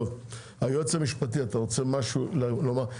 טוב, היועץ המשפטי, אתה רוצה משהו לומר?